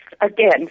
again